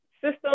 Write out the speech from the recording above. system